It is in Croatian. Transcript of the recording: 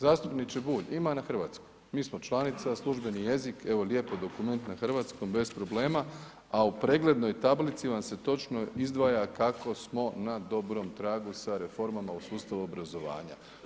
Zastupniče Bulj ima i na hrvatskom, mi smo članica, službeni jezik, evo lijepo dokument na hrvatskom bez problema, a u preglednoj tablici vam se točno izdvaja kako smo na dobrom tragu sa reformama u sustavu obrazovanja.